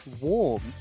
Warm